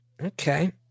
Okay